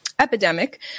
epidemic